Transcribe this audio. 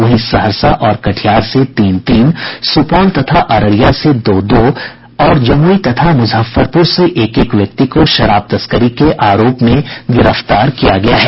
वहीं सहरसा और कटिहार से तीन तीन सुपौल तथा अररिया से दो दो और जमुई तथा मुजफ्फरपुर से एक एक व्यक्ति को शराब तस्करी के आरोप में गिरफ्तार किया गया है